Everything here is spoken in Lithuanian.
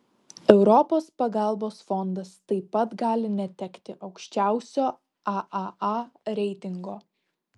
europos pagalbos fondas taip pat gali netekti aukščiausio aaa reitingo